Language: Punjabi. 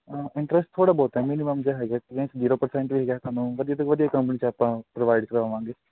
ਇੰਟਰਸਟ ਥੋੜਾ ਬਹੁਤਾ ਨੀ ਮੀਨੀਮਮ ਜਾ ਹੈਗਾ ਵੈਸੇ ਜ਼ੀਰੋ ਪਰਸੈਟ ਵੀ ਹੈਗਾ ਥੋਨੂੰ ਵਧੀਆਂ ਤੋਂ ਵਧੀਆਂ ਪਰੋਵਾਈਡ ਕਰਵਾਵਾਂਗੇ